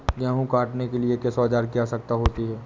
गेहूँ काटने के लिए किस औजार की आवश्यकता होती है?